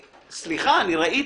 סליחה, אני ראיתי.